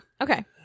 Okay